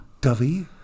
Dovey